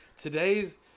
Today's